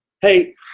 Hey